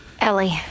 Ellie